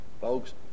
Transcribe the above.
folks